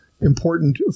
important